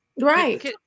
Right